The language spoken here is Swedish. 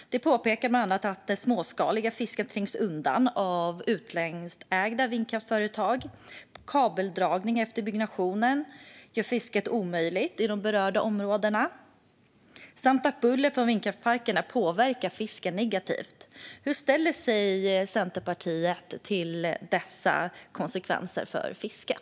De påpekar bland annat att det småskaliga fisket trängs undan av utlandsägda vindkraftsföretag, att kabeldragning efter byggnationen gör fiske omöjligt i de berörda områdena samt att bullret från vindkraftsparkerna påverkar fisken negativt. Hur ställer sig Centerpartiet till dessa konsekvenser för fisket?